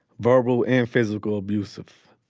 verbal and physical abusive.